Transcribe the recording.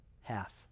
half